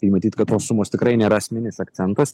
tai matyt kad tos sumos tikrai nėra esminis akcentas